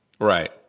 Right